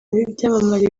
b’ibyamamare